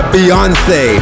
Beyonce